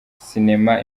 cinema